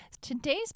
Today's